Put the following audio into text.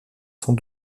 cent